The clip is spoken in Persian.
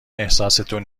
احساستون